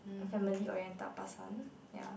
family oriented person one ya